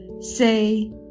Say